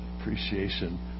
Appreciation